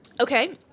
Okay